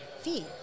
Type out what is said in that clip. fee